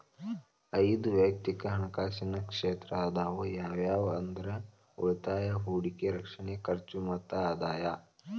ಐದ್ ವಯಕ್ತಿಕ್ ಹಣಕಾಸಿನ ಕ್ಷೇತ್ರ ಅದಾವ ಯಾವ್ಯಾವ ಅಂದ್ರ ಉಳಿತಾಯ ಹೂಡಿಕೆ ರಕ್ಷಣೆ ಖರ್ಚು ಮತ್ತ ಆದಾಯ